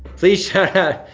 please shout-out,